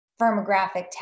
firmographic